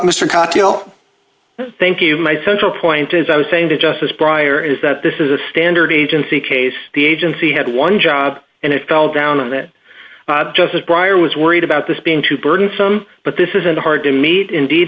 know thank you my central point is i was saying to justice prior is that this is a standard agency case the agency had one job and it fell down and that justice brier was worried about this being too burdensome but this isn't hard to meet indeed